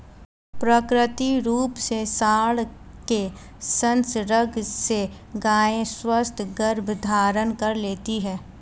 प्राकृतिक रूप से साँड के संसर्ग से गायें स्वतः गर्भधारण कर लेती हैं